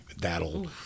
That'll